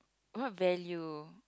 what value